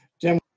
Jim